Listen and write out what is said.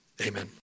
Amen